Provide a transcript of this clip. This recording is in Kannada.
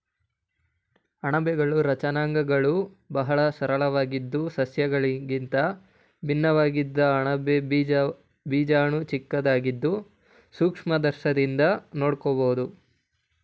ಅಣಬೆಗಳ ರಚನಾಂಗಗಳು ಬಹಳ ಸರಳವಾಗಿದ್ದು ಸಸ್ಯಗಳಿಗಿಂತ ಭಿನ್ನವಾಗಿದೆ ಅಣಬೆ ಬೀಜಾಣು ಚಿಕ್ಕದಾಗಿದ್ದು ಸೂಕ್ಷ್ಮದರ್ಶಕದಿಂದ ನೋಡ್ಬೋದು